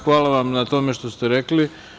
Hvala vam na tome što ste rekli.